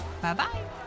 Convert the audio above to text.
Bye-bye